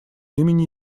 имени